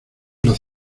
las